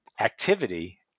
activity